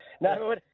No